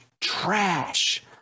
trash